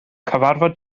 cyfarfod